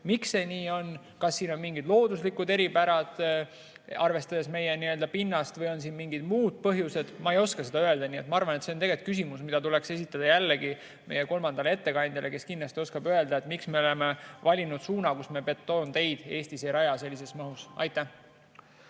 Miks see nii on, kas siin on mingid looduslikud eripärad, arvestades meie pinnast, või on siin mingid muud põhjused? Ma ei oska seda öelda. Nii et ma arvan, et see on küsimus, mida tuleks esitada jällegi meie kolmandale ettekandjale, kes kindlasti oskab öelda, miks me oleme valinud suuna, et me betoonteid Eestis sellises mahus ei